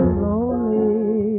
lonely